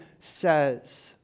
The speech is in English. says